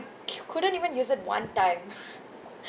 c~ couldn't even use it one time